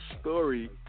story